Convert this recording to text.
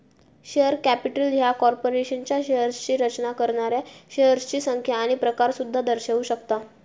share capital ह्या कॉर्पोरेशनच्या शेअर्सची रचना करणाऱ्या शेअर्सची संख्या आणि प्रकार सुद्धा दर्शवू शकता